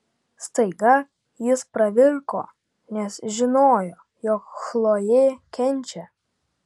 staiga jis pravirko nes žinojo jog chlojė kenčia